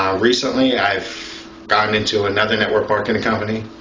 um recently i've got into another network marketing company